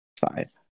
five